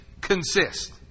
consist